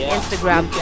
Instagram